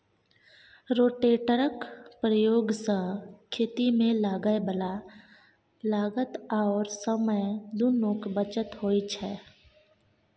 रोटेटरक प्रयोग सँ खेतीमे लागय बला लागत आओर समय दुनूक बचत होइत छै